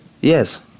Yes